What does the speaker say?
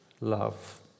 love